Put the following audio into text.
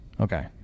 Okay